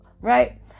Right